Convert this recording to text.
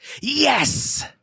Yes